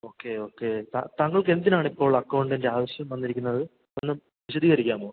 okay okay താ താങ്കൾക്ക് എന്തിനാണ് ഇപ്പോൾ അക്കൗണ്ടിൻറെ ആവശ്യം വന്നിരിക്കുന്നത് ഒന്ന് വിശദീകരിക്കാമോ